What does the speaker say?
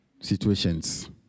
situations